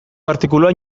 artikuluan